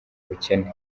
ubukene